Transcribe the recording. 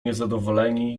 niezadowoleni